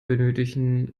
benötigen